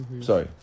Sorry